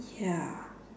ya